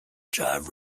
jive